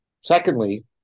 secondly